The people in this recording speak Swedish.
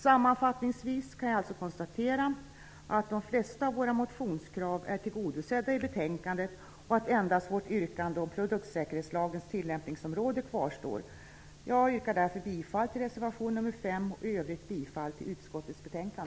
Sammanfattningsvis kan jag alltså konstatera att de flesta av våra motionskrav är tillgodosedda i betänkandet och att endast vårt yrkande om produktsäkerhetslagens tillämpningsområde kvarstår. Jag yrkar därför bifall till reservation nr 5 och i övrigt bifall till utskottets hemställan.